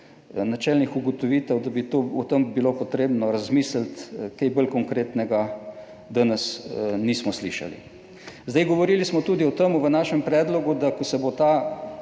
načelnih ugotovitev, da bi o tem bilo potrebno razmisliti, kaj bolj konkretnega danes nismo slišali. Govorili smo tudi o tem v našem predlogu, da ko se bo ta